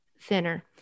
thinner